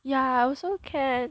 ya also can